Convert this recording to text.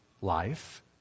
life